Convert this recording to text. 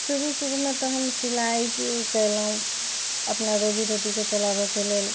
शुरू शुरूमे तऽ हम सिलाई कयलहुँ अपना रोजी रोटीके चलाबऽके लेल